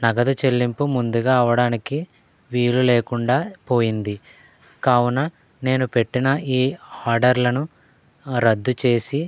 నగదు చెల్లింపు ముందుగా అవడానికి వీలు లేకుండా పోయింది కావున నేను పెట్టిన ఏ ఆర్డర్లను రద్దు చేసి